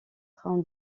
train